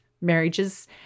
marriages